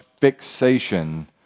fixation